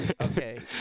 Okay